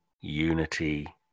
unity